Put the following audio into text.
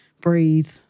breathe